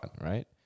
right